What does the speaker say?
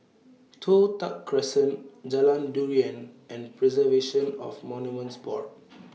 Toh Tuck Crescent Jalan Durian and Preservation of Monuments Board